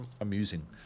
amusing